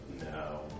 No